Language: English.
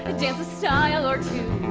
ah dance a style or two.